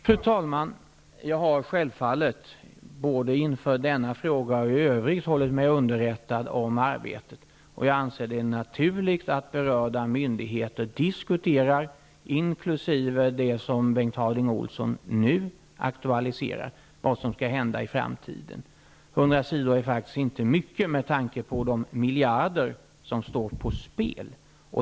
Fru talman! Jag har självfallet både inför denna fråga och i övrigt hållit mig underrättad om arbetet, och jag anser att det är naturligt att berörda myndigheter diskuterar, inkl. det som Bengt Harding Olson nu aktualiserar, vad som skall hända i framtiden. 100 sidor är inte mycket, med tanke på de miljarder som står på spel.